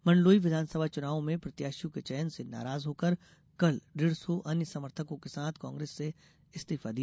मंडलोई विधानसभा चुनावों में प्रत्याशियों के चयन से नाराज होकर कल डेढ़ सौ अन्य समर्थकों के साथ कांग्रेस से इस्तीफा दिया